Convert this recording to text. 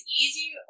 easy